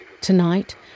Tonight